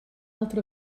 altra